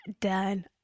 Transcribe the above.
Done